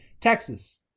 Texas